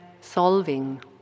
solving